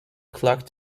clock